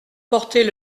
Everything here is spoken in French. porter